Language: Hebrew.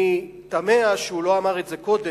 אני תמה שהוא לא אמר את זה קודם,